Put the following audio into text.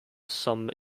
some